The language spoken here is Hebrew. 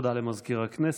תודה למזכיר הכנסת.